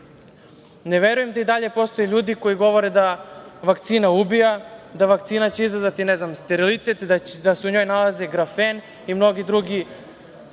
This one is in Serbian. Ne verujem da i dalje postoje ljudi koji govore da vakcina ubija, da će vakcina izazvati ne znam sterilitet, da se u njoj nalazi grofen i mnogi druge